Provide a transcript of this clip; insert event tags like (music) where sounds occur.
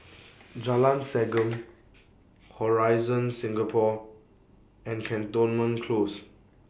(noise) Jalan Segam Horizon Singapore and Cantonment Close